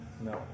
No